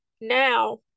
now